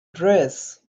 dress